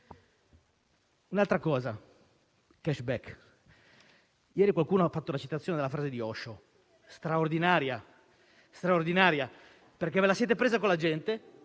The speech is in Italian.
Un'altra cosa: il *cashback*. Ieri qualcuno ha fatto una citazione della frase di Osho, straordinaria, perché ve la siete presa con la gente,